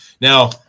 Now